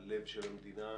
הלב של המדינה,